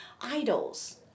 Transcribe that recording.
idols